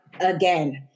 Again